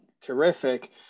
terrific